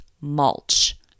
mulch